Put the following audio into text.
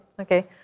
okay